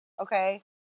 okay